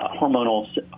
hormonal